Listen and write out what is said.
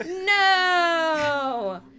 No